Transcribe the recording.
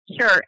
Sure